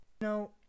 No